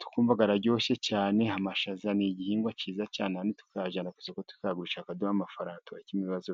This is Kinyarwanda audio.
twumva aryoshye cyane. Amashaza ni igihingwa cyiza cyane tuyajyana ku isoko tukayagurisha akaduha amafaranga tugakemura ibibazo.